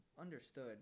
understood